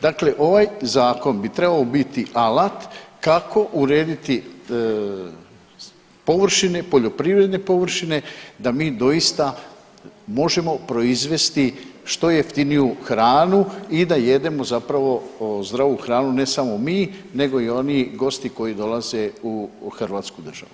Dakle, ovaj zakon bi trebao biti alat kako urediti površine, poljoprivredne površine da mi doista možemo proizvesti što jeftiniju hranu i da jedemo zapravo zdravu hranu ne samo mi, nego i oni gosti koji dolaze u Hrvatsku državu.